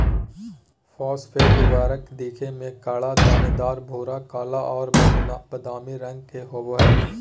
phosphate उर्वरक दिखे में कड़ा, दानेदार, भूरा, काला और बादामी रंग के होबा हइ